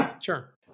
Sure